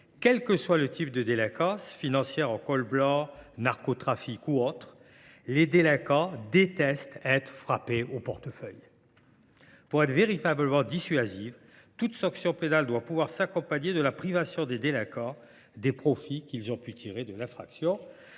délinquance en col blanc, financière, liée au narcotrafic ou autre –, détestent être frappés au portefeuille. « Pour être véritablement dissuasive, toute sanction pénale doit pouvoir s’accompagner de la privation des délinquants des profits qu’ils ont pu tirer de l’infraction.